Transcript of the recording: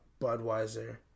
Budweiser